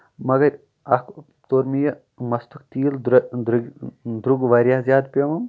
مَگر اَکھ توٚر مےٚ یہِ مَستُک تیٖل درٛو درٛوٚگ واریاہ زیادٕ پیٚوم